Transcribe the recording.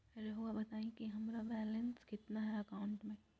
रहुआ बताएं कि हमारा बैलेंस कितना है अकाउंट में?